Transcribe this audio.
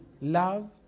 Love